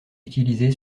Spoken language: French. utilisée